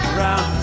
round